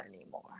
anymore